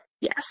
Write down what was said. Yes